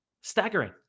Staggering